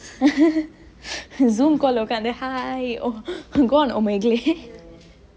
zoom call ஒக்காந்து:okkanthu hi go on omeagle